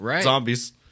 zombies